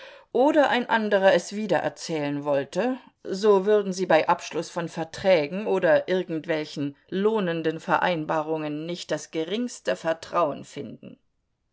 oder ein anderer es wiedererzählen wollte so würden sie bei abschluß von verträgen oder irgendwelchen lohnenden vereinbarungen nicht das geringste vertrauen finden